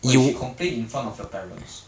wait she complain in front of your parents